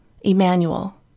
Emmanuel